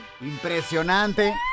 Impresionante